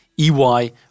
EY